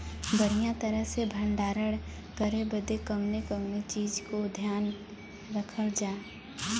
बढ़ियां तरह से भण्डारण करे बदे कवने कवने चीज़ को ध्यान रखल जा?